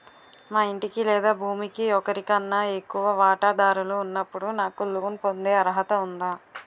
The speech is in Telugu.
మా ఇంటికి లేదా భూమికి ఒకరికన్నా ఎక్కువ వాటాదారులు ఉన్నప్పుడు నాకు లోన్ పొందే అర్హత ఉందా?